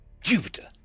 Jupiter